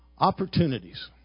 Opportunities